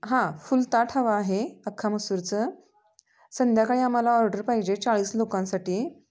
हा फुल ताट हवं आहे अख्खा मसूरचं संध्याकाळी आम्हाला ऑर्डर पाहिजे चाळीस लोकांसाठी